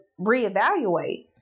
reevaluate